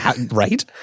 Right